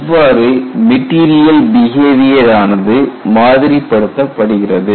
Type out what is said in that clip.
இவ்வாறு material behaviour ஆனது மாதிரி படுத்தப்படுகிறது